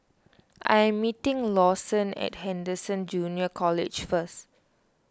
I am meeting Lawson at Anderson Junior College first